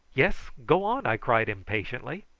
yes go on! i cried impatiently.